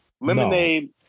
Lemonade